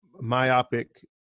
myopic